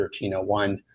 1301